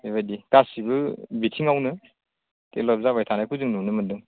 बेबायदि गासैबो बिथिङावनो डेभेलाप जाबाय थानायखौ जों नुनो मोन्दों